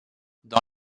dans